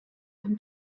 dem